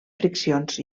friccions